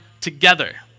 together